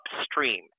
upstream